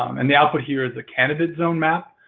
um and the output here is a candidate zone map